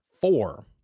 four